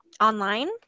online